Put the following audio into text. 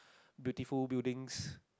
beautiful buildings